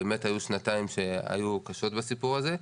ובאמת היו שנתיים שהיו קשות בסיפור הזה.